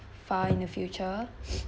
far in the future